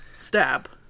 Stab